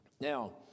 Now